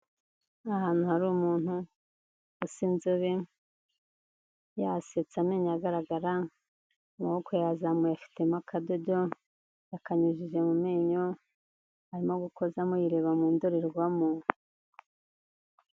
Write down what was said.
Ni ahantu hari umuntu asa inzobe, yasetse amenyo agaragara, amaboko yayazamuye, afitemo akadodo, yakanyujije mu menyo, arimo gukozamo yireba mu ndorerwamo.